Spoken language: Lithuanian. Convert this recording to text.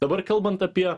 dabar kalbant apie